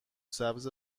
سبز